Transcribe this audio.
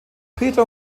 peter